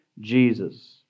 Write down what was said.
Jesus